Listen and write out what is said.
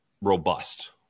robust